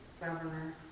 governor